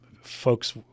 folks